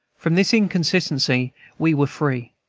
from this inconsistency we were free.